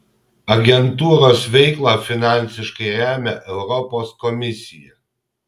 agentūros veiklą finansiškai remia europos komisija